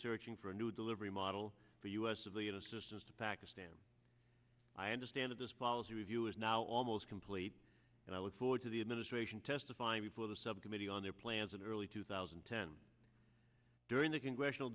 searching for a new delivery model for u s civilian assistance to pakistan i understand that this policy review is now almost complete and i look forward to the administration testifying before the subcommittee on their plans in early two thousand and ten during the congressional